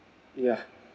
yeah